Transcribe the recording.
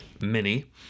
mini